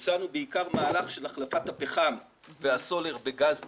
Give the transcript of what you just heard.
ביצענו בעיקר החלפת הפחם והסולר בגז טבעי,